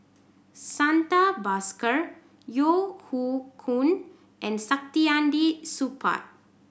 Santha Bhaskar Yeo Hoe Koon and Saktiandi Supaat